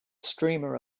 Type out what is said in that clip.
streamer